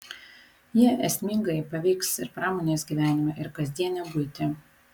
jie esmingai paveiks ir pramonės gyvenimą ir kasdienę buitį